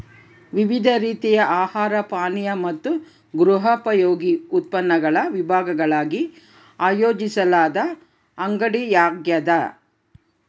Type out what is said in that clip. ವಿವಿಧ ರೀತಿಯ ಆಹಾರ ಪಾನೀಯ ಮತ್ತು ಗೃಹೋಪಯೋಗಿ ಉತ್ಪನ್ನಗಳ ವಿಭಾಗಗಳಾಗಿ ಆಯೋಜಿಸಲಾದ ಅಂಗಡಿಯಾಗ್ಯದ